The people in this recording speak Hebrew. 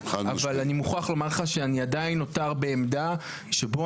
אבל אני מוכרח לומר לך שאני עדיין נותר בעמדה שבו